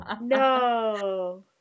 No